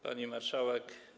Pani Marszałek!